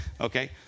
okay